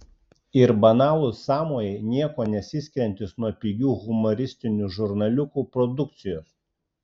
ir banalūs sąmojai niekuo nesiskiriantys nuo pigių humoristinių žurnaliukų produkcijos